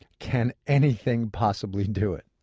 can anything possibly do it?